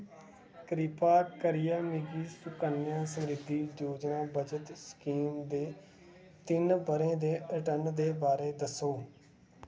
कृपा करियै मिगी सुकन्या समृद्धि योजना बचत स्कीम दे तिन्न ब'रें दे रिटर्न दे बारे दस्सो